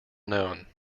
known